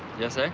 yes, sir.